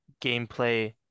gameplay